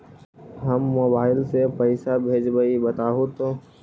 हम मोबाईल से पईसा भेजबई बताहु तो?